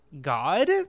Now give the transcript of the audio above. god